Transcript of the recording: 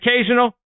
occasional